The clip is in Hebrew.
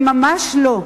הם ממש לא.